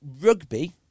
rugby